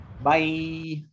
Bye